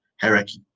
hierarchy